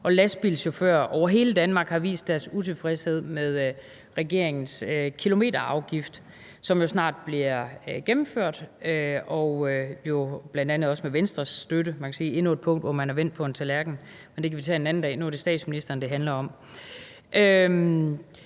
lastbilchauffører over hele Danmark har vist deres utilfredshed med regeringens kilometerafgift, som jo snart bliver gennemført, bl.a. også med Venstres støtte – man kan sige, at det er endnu et punkt, hvor man i Venstre er vendt på en tallerken, men det kan vi tage en anden dag, for nu er det statsministeren, det handler om.